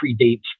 predates